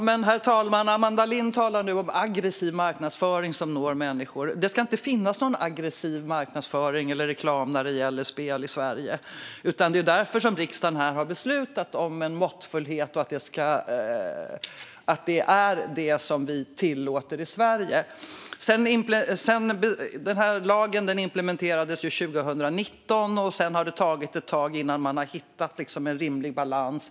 Herr talman! Amanda Lind talar nu om aggressiv marknadsföring som når människor. Det ska inte finnas någon aggressiv marknadsföring eller reklam när det gäller spel i Sverige; det är därför riksdagen har beslutat om måttfullhet och att det är det vi tillåter i Sverige. Lagen implementerades 2019, och sedan har det tagit ett tag att hitta en rimlig balans.